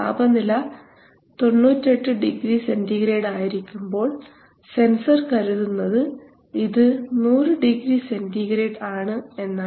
താപനില 98 degree centigrade ആയിരിക്കുമ്പോൾ sensor കരുതുന്നത് ഇത് 100 ഡിഗ്രി സെൻറിഗ്രേഡ് ആണ് എന്നാണ്